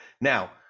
Now